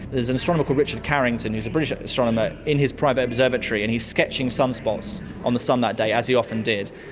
there's an astronomer called richard carrington who is a british astronomer, in his private observatory, and he's sketching sunspots on the sun that day, as he often did.